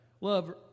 love